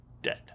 dead